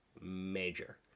major